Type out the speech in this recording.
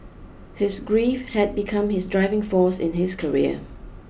his grief had become his driving force in his career